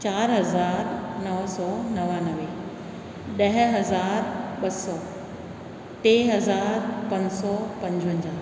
चारि हज़ार नौ सौ नवानवे ॾह हज़ार ॿ सौ टे हज़ार पंज सौ पंजवंजाहु